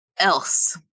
else